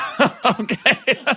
Okay